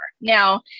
Now